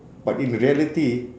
but in reality